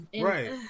Right